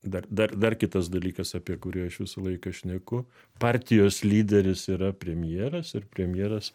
dar dar dar kitas dalykas apie kurį aš visą laiką šneku partijos lyderis yra premjeras ir premjeras